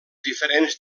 diferents